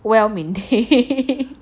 well maintain